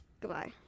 goodbye